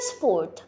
fourth